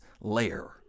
lair